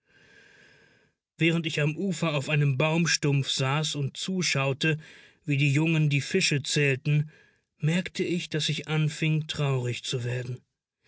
während ich am ufer auf einem baumstumpf saß und zuschaute wie die jungen die fische zählten merkte ich daß ich anfing traurig zu werden